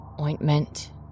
Ointment